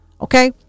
Okay